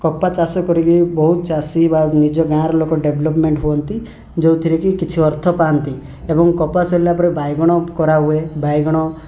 କପା ଚାଷ କରିକି ବହୁତ ଚାଷୀ ବା ନିଜ ଗାଁର ଲୋକ ଡେଭ୍ଲପ୍ମେଣ୍ଟ୍ ହୁଅନ୍ତି ଯେଉଁଥିରେ କି କିଛି ଅର୍ଥ ପାଆନ୍ତି ଏବଂ କପା ସରିଲାପରେ ପରେ ବାଇଗଣ କରାହୁଏ ବାଇଗଣ